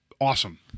Awesome